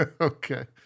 okay